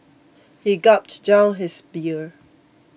he gulped down his beer